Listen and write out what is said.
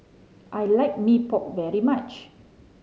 I like Mee Pok very much